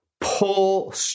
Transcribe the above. Pull